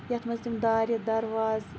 یَتھ مَنٛز تِم دارِ دَرواز